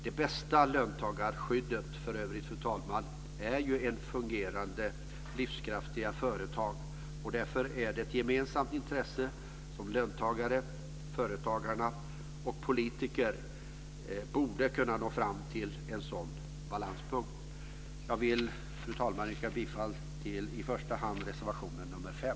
Det bästa löntagarskyddet är ju fungerande livskraftiga företag, fru talman. Därför är det ett gemensamt intresse att löntagare, företagare och politiker kan nå fram till en sådan balanspunkt. Fru talman! Jag vill i första hand yrka bifall till reservation nr 5.